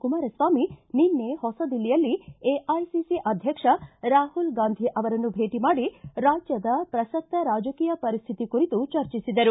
ಕುಮಾರಸ್ವಾಮಿ ನಿನ್ನೆ ಹೊಸ ದಿಲ್ಲಿಯಲ್ಲಿ ಎಐಸಿಸಿ ಅಧ್ಯಕ್ಷ ರಾಹುಲ್ ಗಾಂಧಿ ಅವರನ್ನು ಭೇಟಿ ಮಾಡಿ ರಾಜ್ಯದ ಪ್ರಸಕ್ತ ರಾಜಕೀಯ ಪರಿಸ್ಥಿತಿ ಕುರಿತು ಚರ್ಚಿಸಿದರು